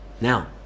now